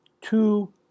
two